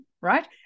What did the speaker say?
right